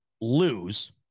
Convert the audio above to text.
lose